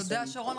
תודה, שרון.